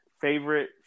favorite